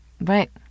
Right